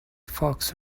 fox